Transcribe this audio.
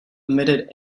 omitted